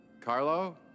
Carlo